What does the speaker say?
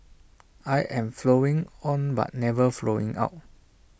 I am flowing on but never flowing out